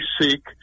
seek